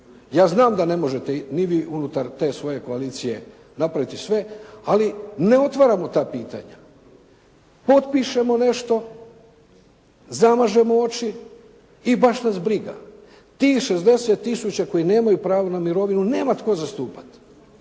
Ja znam da ne možete ni vi unutar te svoje koalicije napraviti sve, ali ne otvaramo ta pitanja. Potpišemo nešto, zamažemo oči i baš nas briga. Tih 60000 koji nemaju pravo na mirovinu nema tko zastupati.